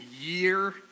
year